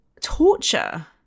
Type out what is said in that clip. torture